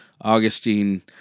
Augustine